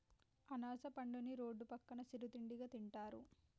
అనాస పండుని రోడ్డు పక్కన సిరు తిండిగా తింటారు